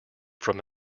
from